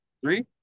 Three